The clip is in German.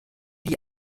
die